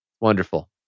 Wonderful